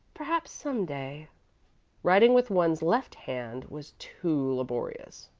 perhaps, some day writing with one's left hand was too laborious,